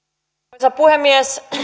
arvoisa puhemies